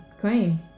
queen